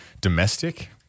domestic